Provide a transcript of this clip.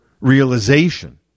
realization